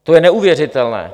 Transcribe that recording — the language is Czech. To je neuvěřitelné.